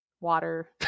water